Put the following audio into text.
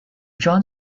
jon